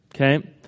Okay